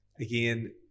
Again